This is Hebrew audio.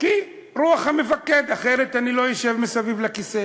רוח המפקד, אחרת אני לא אשב על הכיסא.